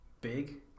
big